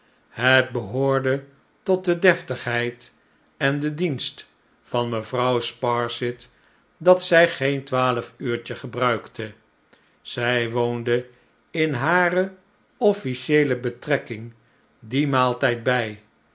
het behoorde tot de deftigheid en den dienst van mevrouw sparsit dat zij geen twaalf-uurtje gebruikte zij woonde in hare offlcieele betrekking dien maaltijd bi